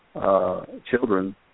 children